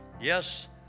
yes